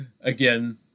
again